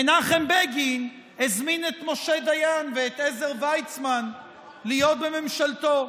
מנחם בגין הזמין את משה דיין ואת עזר ויצמן להיות בממשלתו.